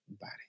body